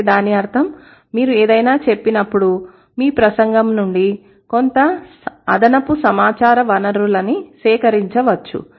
అంటే దాని అర్థం మీరు ఏదైనా చెప్పినప్పుడు మీ ప్రసంగం నుండి కొంత అదనపు సమాచార వనరులని సేకరించవచ్చు